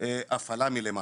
הפעלה מלמטה,